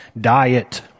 diet